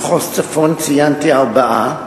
במחוז צפון ציינתי ארבעה.